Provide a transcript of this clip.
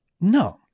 No